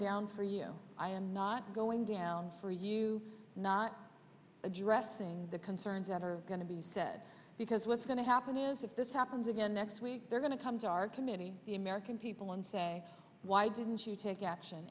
down for you i am not going down for you not addressing the concerns that are going to be said because what's going to happen is if this happens again next week they're going to comes our committee the american people and say why didn't you take action